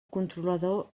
controlador